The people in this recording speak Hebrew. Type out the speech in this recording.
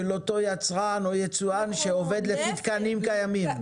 אותו יצרן או יצואן שעובד לפי תקנים קיימים.